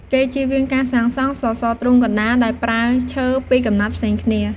គេចៀសវាងការសាងសង់សសរទ្រូងកណ្តាល ដោយប្រើឈើពីរកំណាត់ផ្សេងគ្នា។